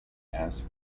asked